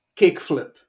kickflip